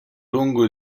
lungo